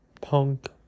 punk